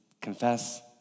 confess